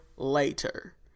later